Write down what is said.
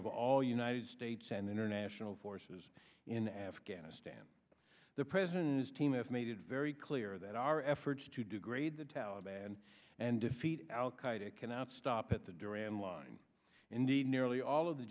of all united states and international forces in afghanistan the president's team has made it very clear that our efforts to degrade the taliban and defeat al qaeda cannot stop at the duran line indeed nearly all of the